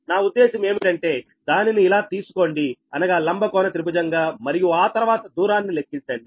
నా ఉద్దేశం ఏమిటంటే దానిని ఇలా తీసుకోండి అనగా లంబకోణ త్రిభుజం గా మరియు ఆ తర్వాత దూరాన్ని లెక్కించండి